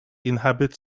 inhabit